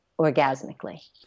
orgasmically